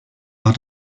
war